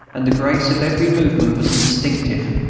and the grace of every movement was instinctive.